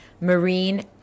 Marine